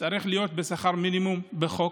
צריך להיות בשכר מינימום בחוק.